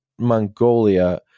Mongolia